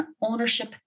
ownership